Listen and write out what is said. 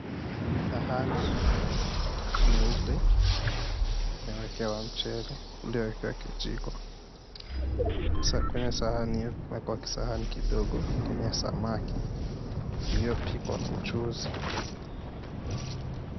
Sahani nyeupe iliowekewa mchele ulioekwa kijiko. Kwenye sahani hio kumewekwa kisahani kidogo kenye samaki ilio pikwa na mchuzi.